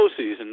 postseason